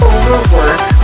Overwork